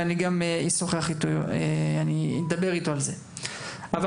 ואני אשוחח אתו על זה באופן אישי.